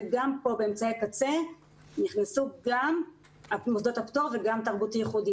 וגם פה באמצעי קצה נכנסו גם מוסדות הפטור וגם תרבותי-ייחודי.